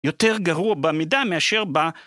יותר גרוע במידה מאשר בה